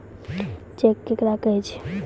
Cheque केकरा कहै छै?